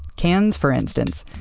cans, for instance,